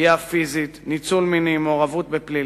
לפגיעה פיזית, לניצול מיני, למעורבות בפלילים.